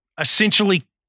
essentially